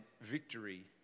victory